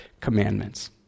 commandments